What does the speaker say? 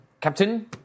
Captain